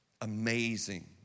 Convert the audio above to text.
amazing